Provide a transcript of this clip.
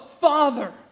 Father